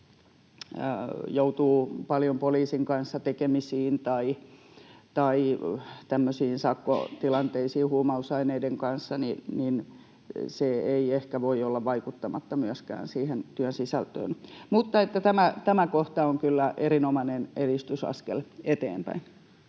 joutuu paljon poliisin kanssa tekemisiin tai tämmöisiin sakkotilanteisiin huumausaineiden kanssa, niin se ei ehkä voi olla vaikuttamatta myöskään siihen työn sisältöön. Mutta tämä kohta on kyllä erinomainen edistysaskel eteenpäin.